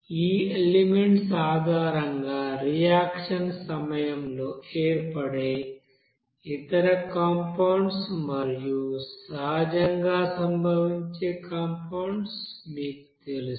ఈ ఎలెమెంట్స్ ఆధారంగా రియాక్షన్ సమయంలో ఏర్పడే ఇతర కంపౌండ్స్ మరియు సహజంగా సంభవించే కంపౌండ్స్ మీకు తెలుసు